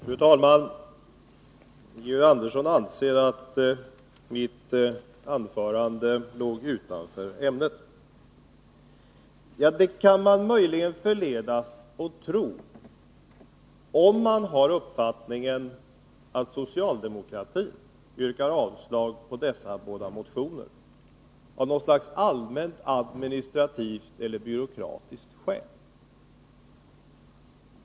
Fru talman! Georg Andersson anser att mitt anförande låg utanför ämnet. Ja, det kan möjligen den tycka som hävdar att socialdemokratin yrkar avslag på dessa båda motioner av något slags allmänt administrativt eller byråkratiskt skäl.